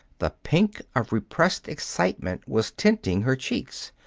the pink of repressed excitement was tinting her cheeks.